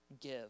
give